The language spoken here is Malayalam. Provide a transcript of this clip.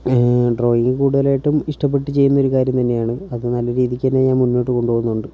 ഡ്രോയിങ് കൂടുതലായിട്ടും ഇഷ്ടപ്പെട്ടു ചെയ്യുന്നൊരു കാര്യം തന്നെയാണ് അതു നല്ല രീതിയ്ക്ക് തന്നെ ഞാൻ മുന്നോട്ട് കൊണ്ടുപോകുന്നുണ്ട്